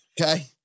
Okay